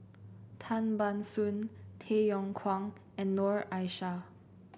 Tan Ban Soon Tay Yong Kwang and Noor Aishah